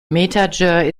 metager